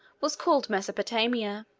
was called mesopotamia.